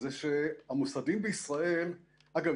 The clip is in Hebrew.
היא שהמוסדיים בישראל אגב,